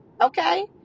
okay